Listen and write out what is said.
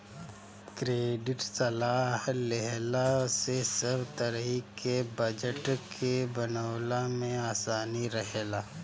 credit सलाह लेहला से सब तरही के बजट के बनवला में आसानी रहेला